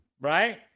right